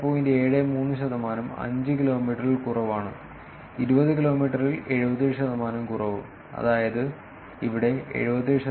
73 ശതമാനം 5 കിലോമീറ്ററിൽ കുറവാണ് 20 കിലോമീറ്ററിൽ 77 ശതമാനം കുറവ് അതായത് ഇവിടെ 77 ശതമാനം